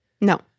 No